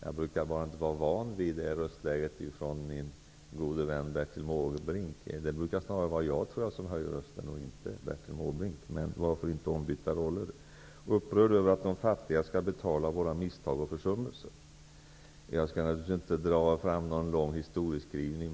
Jag brukar bara inte vara van vid det röstläget från min gode vän Bertil Måbrink. Det brukar snarare vara jag som höjer rösten och inte Bertil Måbrink. Men varför inte ombytta roller! Bertil Måbrink är upprörd över att de fattiga skall betala för våra misstag och försummelser. Jag vill naturligtvis inte ge någon lång historieskrivning.